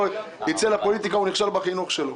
שייצא לפוליטיקה הוא נכשל בחינוך שלי.